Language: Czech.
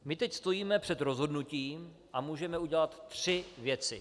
My teď stojíme před rozhodnutím a můžeme udělat tři věci.